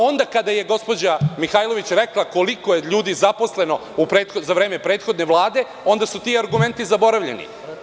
Onda kada je gospođa Mihajlović rekla koliko je ljudi zaposleno za vreme prethodne Vlade, onda su ti argumenti zaboravljeni.